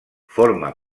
forma